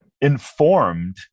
informed